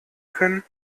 können